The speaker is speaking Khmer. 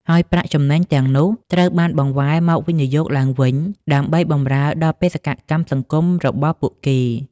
ហើយប្រាក់ចំណេញទាំងនោះត្រូវបានបង្វែរមកវិនិយោគឡើងវិញ ដើម្បីបម្រើដល់បេសកកម្មសង្គមរបស់ពួកគេ ។